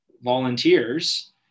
volunteers